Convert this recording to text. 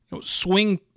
swing